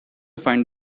find